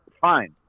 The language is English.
fine